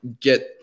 get